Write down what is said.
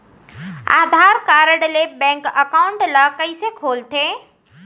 आधार card ले bank account ल कइसे खोलथे?